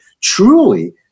truly